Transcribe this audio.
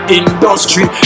industry